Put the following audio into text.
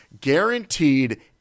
Guaranteed